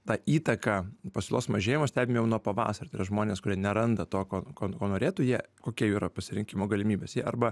tą įtaką pasiūlos mažėjimą stebim jau nuo pavasario tai yra žmonės kurie neranda to ko ko norėtų jie kokia jų yra pasirinkimo galimybės jie arba